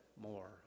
more